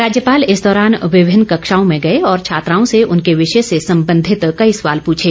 राज्यपाल इस दौरान विभिन्न कक्षाओं में गए और छात्राओं से उनके विषय से संबंधित कई सवाल पूछे